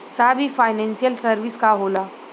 साहब इ financial service का होला?